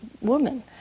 woman